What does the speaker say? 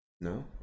No